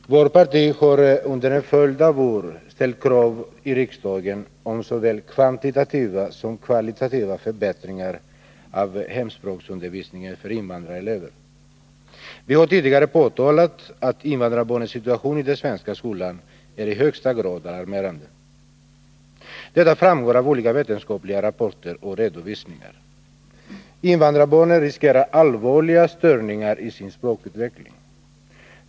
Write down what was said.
Fru talman! Vårt parti har under en följd av år ställt krav i riksdagen på såväl kvantitativa som kvalitativa förbättringar av hemspråksundervisningen för invandrarelever. Vi har tidigare påtalat att invandrarbarnens situation i den svenska skolan äri högsta grad alarmerande. Detta framgår av olika vetenskapliga rapporter och redovisningar. Invandrarbarnen riskerar allvarliga störningar i sin språkutveckling.